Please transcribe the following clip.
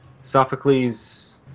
sophocles